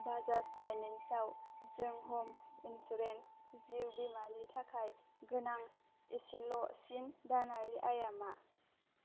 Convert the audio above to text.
Bajaj finance आव जों ह'म इन्सुरेन्स जिउ बीमानि थाखाय गोनां इसेल'सिन दानारि आइया मा